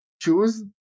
choose